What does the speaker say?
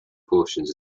portions